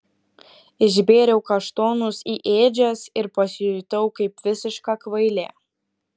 išbėriau kaštonus į ėdžias ir pasijutau kaip visiška kvailė